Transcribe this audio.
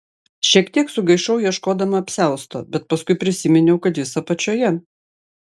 šiek tiek sugaišau ieškodama apsiausto bet paskui prisiminiau kad jis apačioje